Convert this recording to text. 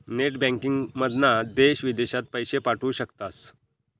net बँकिंगमधना देश विदेशात पैशे पाठवू शकतास